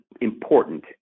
important